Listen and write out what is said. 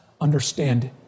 understand